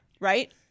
right